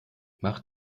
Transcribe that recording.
mach